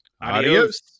adios